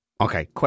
Okay